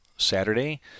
Saturday